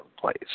place